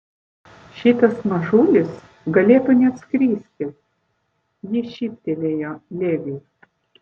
šitas mažulis galėtų net skristi ji šyptelėjo leviui